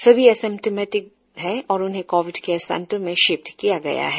सभी एसीम्टोमेटिक है और उन्हे कोविड केयर सेंटर में शिफ्त किया गया है